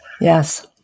Yes